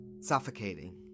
suffocating